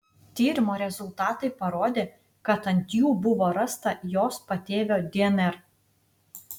tyrimo rezultatai parodė kad ant jų buvo rasta jos patėvio dnr